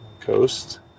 coast